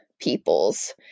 peoples